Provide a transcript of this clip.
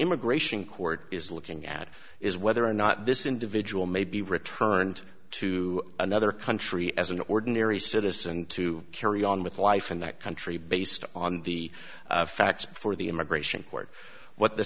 immigration court is looking at is whether or not this individual may be returned to another country as an ordinary citizen to carry on with life in that country based on the facts before the immigration court what the